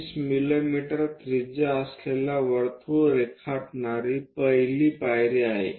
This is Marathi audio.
20 मिमी त्रिज्या असलेला वर्तुळ रेखाटणारी पहिली पायरी आहे